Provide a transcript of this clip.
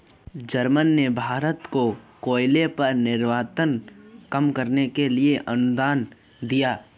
Germany ने भारत को कोयले पर निर्भरता कम करने के लिए अनुदान दिया